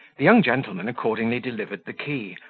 the young gentleman accordingly delivered the key,